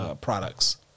products